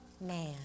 man